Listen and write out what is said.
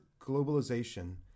globalization